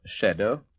Shadow